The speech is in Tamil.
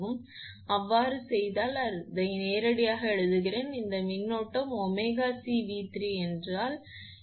நீங்கள் அவ்வாறு செய்தால் அது நேரடியாக எழுதுகிறேன் இந்த மின்னோட்டம் 𝜔𝐶𝑉3 என்றால் இது 𝜔𝐶𝑉3